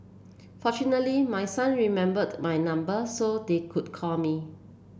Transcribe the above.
fortunately my son remembered my number so they could call me